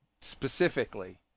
specifically